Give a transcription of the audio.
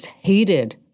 hated